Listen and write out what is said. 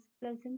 pleasant